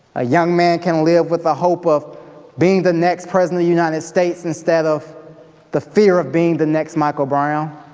a young man can live with a hope of being the next president of the united states instead of the fear of being the next michael brown.